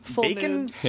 bacon